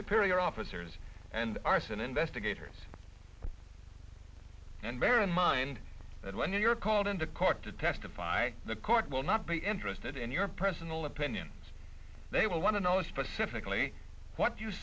superior officers and arson investigators and bear in mind that when you are called into court to testify the court will not be interested in your personal opinions they will want to know specifically what you